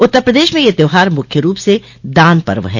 उत्तर प्रदेश में यह त्योहार मुख्य रूप से दान पर्व है